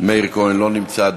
ג'מאל זחאלקה, לא נמצא,